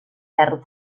ferro